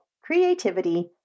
creativity